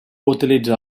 utilitza